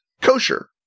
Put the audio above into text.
kosher